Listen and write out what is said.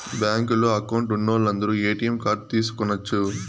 బ్యాంకులో అకౌంట్ ఉన్నోలందరు ATM card తీసుకొనచ్చు